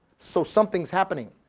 so something's happening.